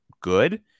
good